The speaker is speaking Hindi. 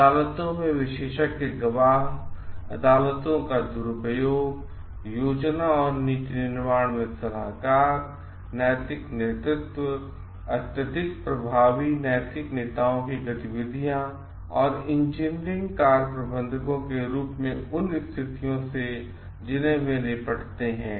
अदालतों में विशेषज्ञ गवाह अदालतों का दुरुपयोग योजना और नीति निर्माण में सलाहकार नैतिक नेतृत्व अत्यधिक प्रभावी नैतिक नेताओं की गतिविधियां और इंजीनियरिंग कार्य प्रबंधकों के रूप में उन स्थितियों से जिन्हें वे निपटते हैं